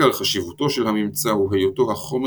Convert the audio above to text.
עיקר חשיבותו של הממצא הוא היותו החומר